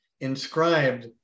inscribed